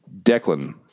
Declan